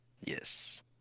Yes